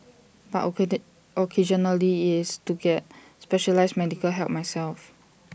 but occasionally is to get specialised medical help myself